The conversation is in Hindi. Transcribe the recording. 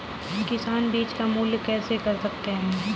किसान बीज का मूल्य कैसे पता कर सकते हैं?